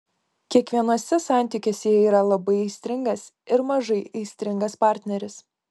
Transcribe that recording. kiekvienuose santykiuose yra labai aistringas ir mažai aistringas partneris